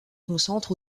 concentre